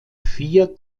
vier